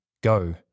Go